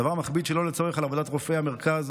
הדבר מכביד שלא לצורך על עבודת רופאי המרכז,